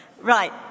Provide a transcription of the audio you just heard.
Right